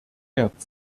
ehrt